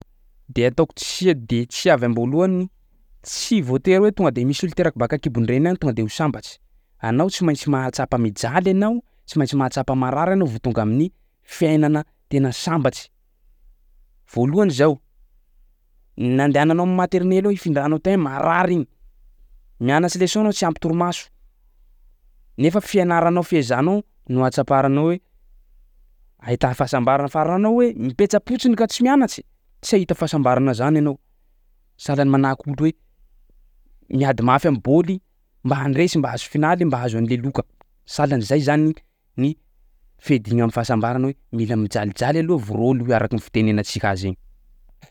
De ataoko tsia de tsia avy ma-boalohany. Tsy voatery hoe tonga de misy olo teraky baka an-kibon-dreniny any tonga de ho sambatsy. Anao tsy maintsy mahatsapa mijaly anao, tsy maintsy mahatsapa marary anao vao tonga aimin'ny fiainana tena sambatsy. Voalohany zao nandehananao maternelle ao ifindranao teo marary igny, mianatsy leçon anao tsy ampy torimaso, nefa fianaranao fiezahanao no ahatsaparanao hoe ahita fahasambarana fa raha anao hoe mipetsa-potsiny ka tsy mianatsy tsy ahita fahasambarana zany ianao. Sahalan'ny manahaka olo hoe miady mafy am'bôly mba handresy, mba hahazo finaly, mba hahazo an'le loka, sahalan'zay zany ny fiadiagna am'fahasambarana hoe mila mijalijaly aloha vao rôly hoy araky ny fitenenantsika azy igny.